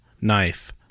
knife